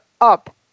up